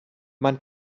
man